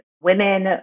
women